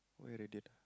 where they dated